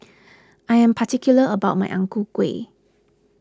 I am particular about my Ang Ku Kueh